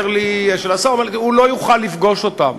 השר ואמר לי: הוא לא יוכל לפגוש אותם.